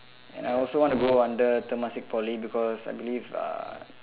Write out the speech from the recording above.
and I also want to go under Temasek Poly because I believe uh